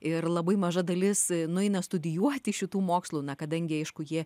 ir labai maža dalis nueina studijuoti šitų mokslų na kadangi aišku jie